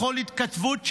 בכל ההתכתבויות שלו,